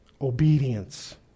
Obedience